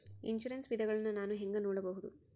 Insurance ವಿಧಗಳನ್ನ ನಾನು ಹೆಂಗ ನೋಡಬಹುದು?